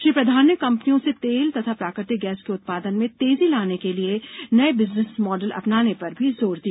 श्री प्रधान ने कम्पनियों से तेल तथा प्राकृतिक गैस के उत्पादन में तेजी लाने के लिए नए बिजनेस मॉडल अपनाने पर भी जोर दिया